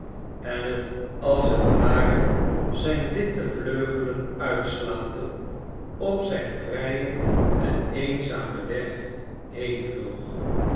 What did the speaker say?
en het als t ware zijn witte vleugelen uitslaande op zijn vrijen en eenzamen weg